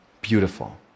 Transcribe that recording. beautiful